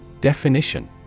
Definition